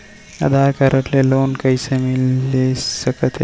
आधार card ले loan कइसे मिलिस सकत हे?